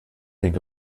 think